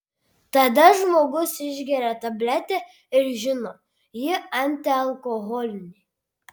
tada žmogus išgeria tabletę ir žino ji antialkoholinė